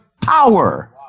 Power